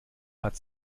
hat